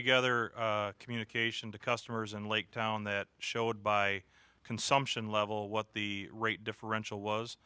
together communication to customers and lake town that showed by consumption level what the rate differential was